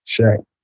Shaq